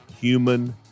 human